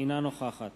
אינה נוכחת